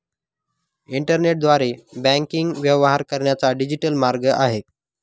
इंटरनेटद्वारे बँकिंग व्यवहार करण्याचा डिजिटल मार्ग आहे